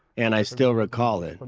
and i still recall it, and